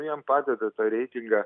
jam padeda tą reitingą